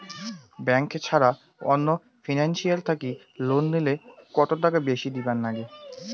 Bank ছাড়া অন্য financial থাকি লোন নিলে কতটাকা বেশি দিবার নাগে?